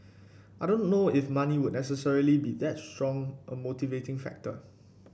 I don't know if money would necessarily be that strong a motivating factor